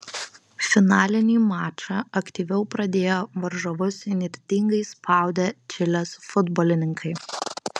finalinį mačą aktyviau pradėjo varžovus įnirtingai spaudę čilės futbolininkai